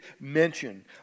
mention